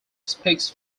speaks